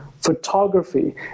photography